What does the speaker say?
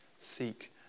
seek